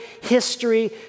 history